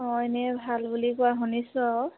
অঁ এনেই ভাল বুলি কোৱা শুনিছোঁ আৰু